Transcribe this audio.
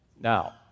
Now